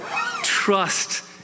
Trust